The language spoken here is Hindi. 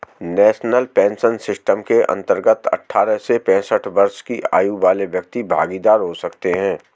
नेशनल पेंशन सिस्टम के अंतर्गत अठारह से पैंसठ वर्ष की आयु वाले व्यक्ति भागीदार हो सकते हैं